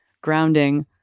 grounding